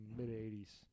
mid-'80s